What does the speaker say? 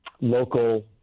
local